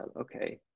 okay